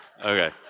okay